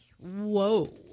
whoa